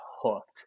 hooked